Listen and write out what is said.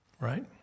Right